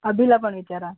अभिला पण विचारा